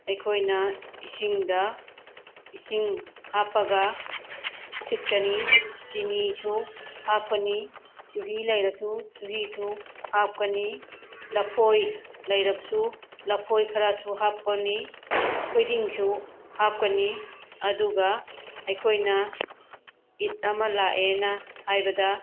ꯑꯩꯈꯣꯏꯅ ꯏꯁꯤꯡꯗ ꯏꯁꯤꯡ ꯍꯥꯞꯄꯒ ꯊꯤꯠꯀꯅꯤ ꯆꯤꯅꯤꯁꯨ ꯍꯥꯞꯀꯅꯤ ꯆꯨꯍꯤ ꯂꯩꯔꯁꯨ ꯆꯨꯍꯤꯁꯨ ꯍꯥꯞꯀꯅꯤ ꯂꯐꯣꯏ ꯂꯩꯔꯕꯁꯨ ꯂꯐꯣꯏ ꯈꯔꯁꯨ ꯍꯥꯞꯄꯅꯤ ꯊꯣꯏꯗꯤꯡꯁꯨ ꯍꯥꯞꯀꯅꯤ ꯑꯗꯨꯒ ꯑꯩꯈꯣꯏꯅ ꯏꯠ ꯑꯃ ꯂꯥꯛꯑꯦꯅ ꯍꯥꯏꯕꯗ